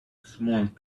smiled